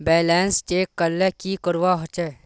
Balance check करले की करवा होचे?